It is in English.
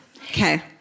Okay